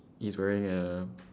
he is wearing a